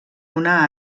una